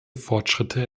fortschritte